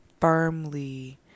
firmly